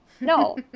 No